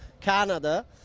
canada